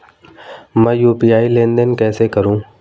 मैं यू.पी.आई लेनदेन कैसे करूँ?